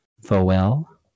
Fowell